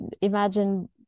imagine